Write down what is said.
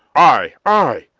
aye, aye,